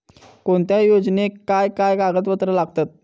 कोणत्याही योजनेक काय काय कागदपत्र लागतत?